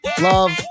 love